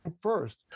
first